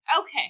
Okay